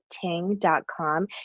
ting.com